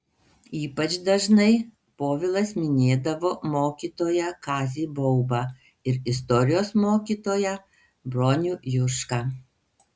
ypač dažnai povilas minėdavo mokytoją kazį baubą ir istorijos mokytoją bronių jušką